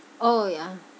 oh yeah